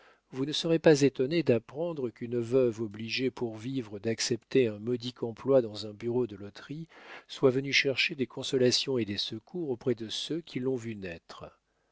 vous ne serez pas étonné d'apprendre qu'une veuve obligée pour vivre d'accepter un modique emploi dans un bureau de loterie soit venue chercher des consolations et des secours auprès de ceux qui l'ont vue naître